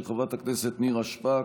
של חברת הכנסת נירה שפק,